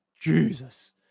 Jesus